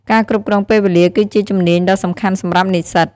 ការគ្រប់គ្រងពេលវេលាគឺជាជំនាញដ៏សំខាន់សម្រាប់និស្សិត។